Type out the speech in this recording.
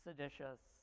Seditious